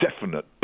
definite